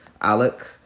Alec